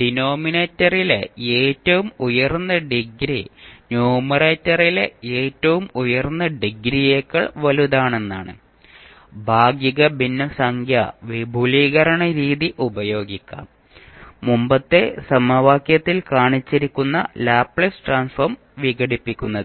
ഡിനോമിനേറ്ററിലെ ഏറ്റവും ഉയർന്ന ഡിഗ്രി ന്യൂമറേറ്ററിലെ ഏറ്റവും ഉയർന്ന ഡിഗ്രിയേക്കാൾ വലുതാണെന്നാണ് ഭാഗിക ഭിന്നസംഖ്യ വിപുലീകരണ രീതി പ്രയോഗിക്കാം മുമ്പത്തെ സമവാക്യത്തിൽ കാണിച്ചിരിക്കുന്ന ലാപ്ലേസ് ട്രാൻസ്ഫോം വിഘടിപ്പിക്കുന്നതിന്